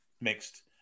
Mixed